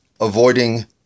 avoiding